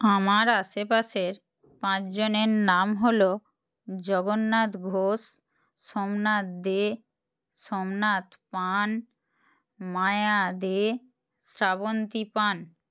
আমার আশেপাশের পাঁচজনের নাম হল জগন্নাথ ঘোষ সোমনাথ দে সোমনাথ পান মায়া দে শ্রাবন্তী পান